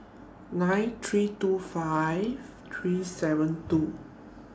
nine three two five three seven two